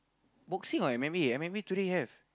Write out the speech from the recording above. boxing or M_M_A M_M_A today have